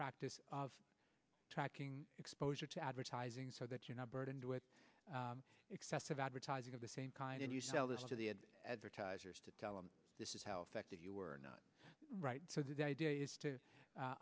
practice of tracking exposure to advertising so that you're not burdened with excessive advertising of the same kind and you sell this to the advertisers to tell them this is how effective you are not right so the idea is to